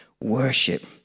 worship